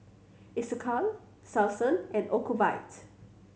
Isocal Selsun and Ocuvite